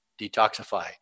detoxify